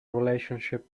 relationship